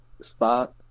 spot